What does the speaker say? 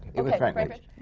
it was frank rich.